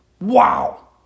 Wow